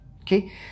okay